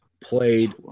played